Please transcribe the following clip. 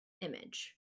image